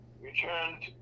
returned